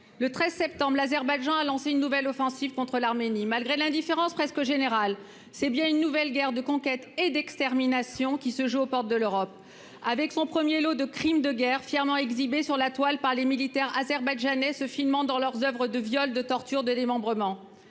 le 13 septembre l'Azerbaïdjan a lancé une nouvelle offensive contre l'Arménie, malgré l'indifférence presque générale, c'est bien une nouvelle guerre de conquête et d'extermination qui se joue aux portes de l'Europe avec son premier lot de crimes de guerre fièrement exhiber sur la toile par les militaires azerbaïdjanais ce film dans leurs Oeuvres, de viols, de tortures, de démembrement